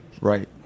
Right